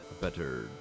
better